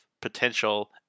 potential